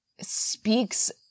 speaks